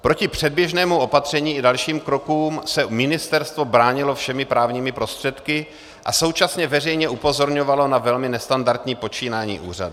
Proti předběžnému opatření i dalším krokům se ministerstvo bránilo všemi právními prostředky a současně veřejně upozorňovalo na velmi nestandardní počínání úřadu.